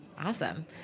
Awesome